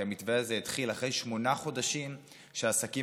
כי המתווה הזה התחיל אחרי שמונה חודשים שבהם העסקים